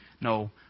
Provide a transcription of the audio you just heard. No